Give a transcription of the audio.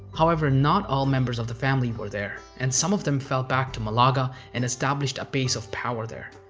however, not all members of the family were there and some of them fell back to malaga and established a base of power there.